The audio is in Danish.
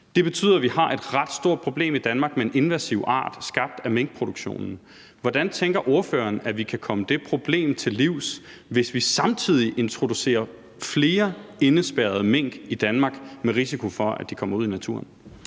Det betyder, at vi i Danmark har et ret stort problem med en invasiv art skabt af minkproduktionen. Hvordan tænker ordføreren at vi kan komme det problem til livs, hvis vi samtidig introducerer flere indespærrede mink i Danmark med risiko for, at de kommer ud i naturen?